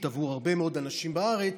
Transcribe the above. עבור הרבה מאוד אנשים בארץ,